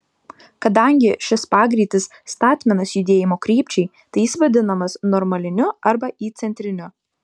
kadangi šis pagreitis statmenas judėjimo krypčiai tai jis vadinamas normaliniu arba įcentriniu